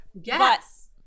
Yes